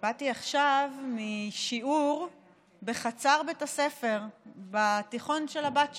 באתי עכשיו משיעור בחצר בית הספר בתיכון של הבת שלי,